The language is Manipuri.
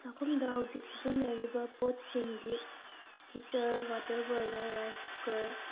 ꯆꯥꯛꯈꯨꯝꯗ ꯍꯧꯖꯤꯛ ꯁꯤꯖꯤꯟꯅꯔꯤꯕ ꯄꯣꯠꯁꯤꯡꯗꯤ heater water boiler rice cooker